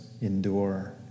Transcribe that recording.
endure